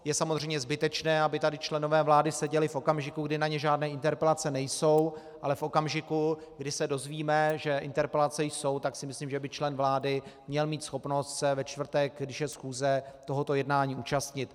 Je samozřejmě zbytečné, aby tady členové vlády seděli v okamžiku, kdy na ně žádné interpelace nejsou, ale v okamžiku, kdy se dozvíme, že interpelace jsou, tak si myslím, že by člen vlády měl mít schopnost se ve čtvrtek, když je schůze, tohoto jednání účastnit.